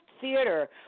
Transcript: theater